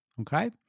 Okay